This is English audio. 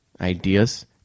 ideas